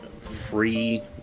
free